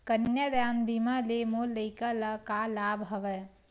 कन्यादान बीमा ले मोर लइका ल का लाभ हवय?